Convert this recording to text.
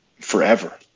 forever